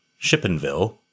Shippenville